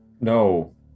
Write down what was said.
No